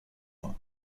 mois